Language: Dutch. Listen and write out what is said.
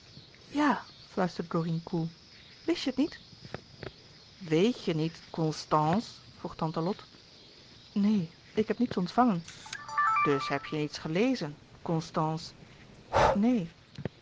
ja fluisterde dorine koel wist je het niet weet je niet constàns vroeg tante lot neen ik heb niets ontvangen dus heb jij niet gelezen constans neen